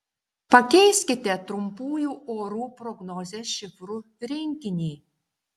pakeiskite trumpųjų orų prognozės šifrų rinkinį